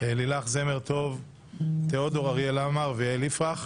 לילך זמר טוב, תיאודור אריאל עמר ויעל יפרח.